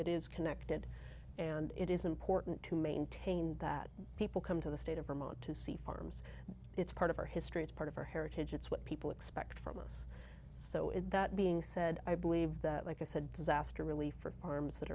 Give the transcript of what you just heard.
is connected and it is important to maintain that people come to the state of vermont to see farms it's part of our history it's part of our heritage it's what people expect from us so if that being said i believe that like i said disaster relief or farms that